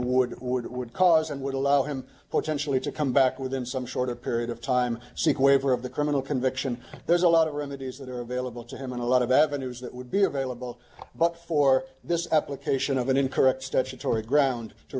would would would cause and would allow him potentially to come back within some shorter period of time seek waiver of the criminal conviction there's a lot of remedies that are available to him and a lot of avenues that would be available but for this application of an incorrect statutory ground to